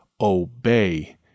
obey